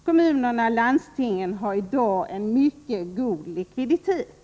Kommunerna och landstingen har i dag mycket god likviditet.